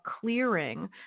clearing